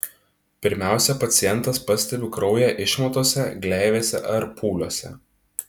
pirmiausia pacientas pastebi kraują išmatose gleivėse ar pūliuose